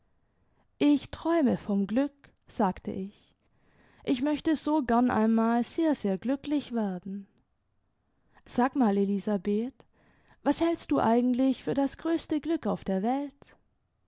ich träume vom glück sagte ich ich möchte so gern einmal sehr sehr glücklich werden sag mal elisabeth was hältst du eigentlich für das größte glück auf der welt